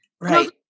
right